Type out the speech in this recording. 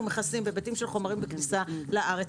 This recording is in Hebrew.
מכסים בהיבטים של חומרים בכניסה לארץ.